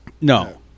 no